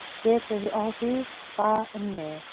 cheer to all whos, far and near.